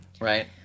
Right